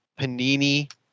Panini